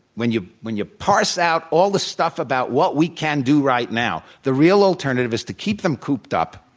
when you when you parse out all the stuff about what we can do right now, the real alternative is to keep them cooped up,